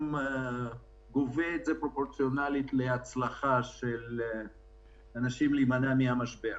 גובה את זה פרופורציונלית להצלחה של אנשים להימנע מהמשבר,